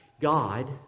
God